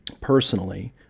personally